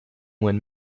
when